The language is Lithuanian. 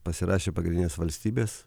pasirašė pagrindinės valstybės